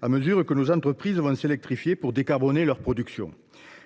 à mesure que nos entreprises vont s’électrifier pour décarboner leur production.